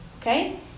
Okay